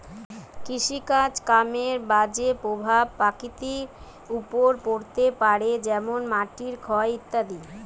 কৃষিকাজ কামের বাজে প্রভাব প্রকৃতির ওপর পড়তে পারে যেমন মাটির ক্ষয় ইত্যাদি